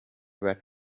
red